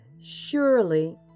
surely